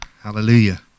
Hallelujah